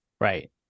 Right